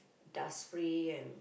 dust free and